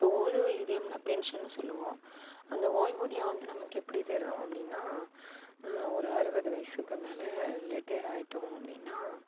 இப்போ ஓய்வூதியம்னா பென்ஷன்னு சொல்லுவோம் அந்த ஓய்வூதியம் வந்து நமக்கு எப்படி தரும் அப்படின்னா ஒரு அறுபது வயதுக்கு மேல ரிட்டயர் ஆகிட்டோம் அப்படினா